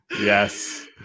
yes